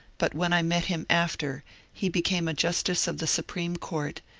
but when i met him after he be came a justice of the supreme court,